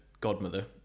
godmother